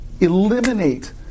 eliminate